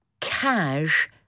cash